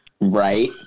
Right